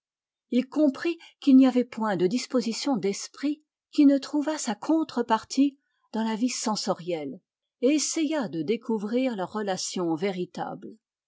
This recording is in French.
il comprit qu'il n'y avait point de disposition d'esprit qui ne trouvât sa contre-partie dans la vie sensorielle et essaya de découvrir leurs relations véritables